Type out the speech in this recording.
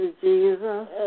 Jesus